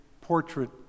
portrait